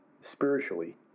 spiritually